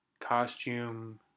costume